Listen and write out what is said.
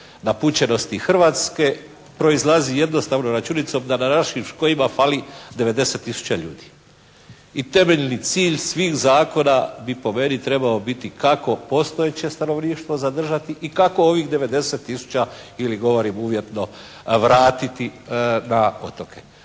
napućenosti Hrvatske proizlazi jednostavnom računicom da na našim …/Govornik se ne razumije./… fali 90 tisuća ljudi. I temeljni cilj svih zakona bi po meni trebao biti kako postojeće stanovništvo zadržati i kako ovih 90 tisuća ili govorim uvjetno vratiti na otoke?